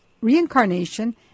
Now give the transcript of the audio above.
reincarnation